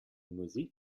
musik